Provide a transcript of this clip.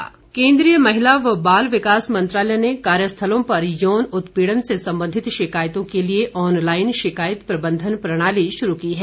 she box केन्द्रीय महिला व बाल विकास मंत्रालय ने कार्यस्थलों पर यौन उत्पीड़न से संबंधित शिकायतों के लिए ऑनलाइन शिकायत प्रबंधन प्रणाली शुरू की है